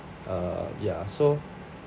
err ya so